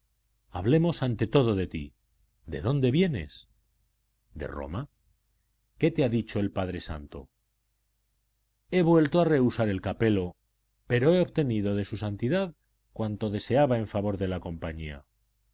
hablemos ante todo de ti de dónde vienes de roma qué te ha dicho el padre santo he vuelto a rehusar el capelo pero he obtenido de su santidad cuanto deseaba en favor de la compañía